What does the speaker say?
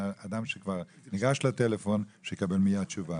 אדם שכבר ניגש לטלפון שיקבל מיד תשובה.